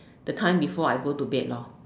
the time before I go to bed lor